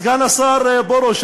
סגן השר פרוש,